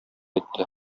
итте